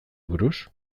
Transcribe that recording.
buruz